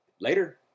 later